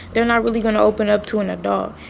they're not really going to open up to an adult.